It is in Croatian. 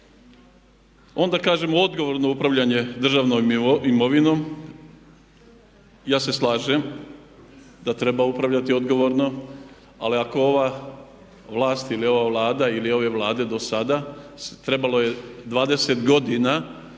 Onda kažemo odgovorno upravljanje državnom imovinom. Ja se slažem da treba upravljati odgovorno ali ako ova vlast ili ova Vlada ili ove vlade dosada trebalo je 20 godina samo